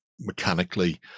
mechanically